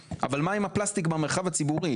אבל מה עם הפלסטיק במחרב הציבורי?